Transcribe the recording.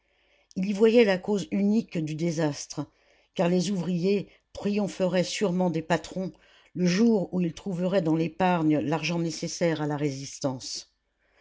il y voyait la cause unique du désastre car les ouvriers triompheraient sûrement des patrons le jour où ils trouveraient dans l'épargne l'argent nécessaire à la résistance